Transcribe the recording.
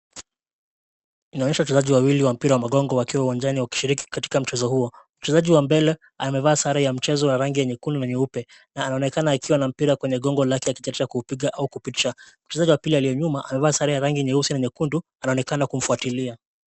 Inaonyesha wachezaji wawili wa mpira wa magongo wakiwa uwanjani wakishiriki katika mchezo huo. Mchezaji wa mbele, amevaa sare ya mchezo wa rangi nyekundu na nyeupe, na anaonekana akiwa na mpira kwenye gongo lake akitayarisha kuupiga au kupitisha. Mchezaji wa pili aliye nyuma amevaa sare ya rangi nyeusi na nyekundu anaonekana kumfuatilia.